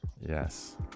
Yes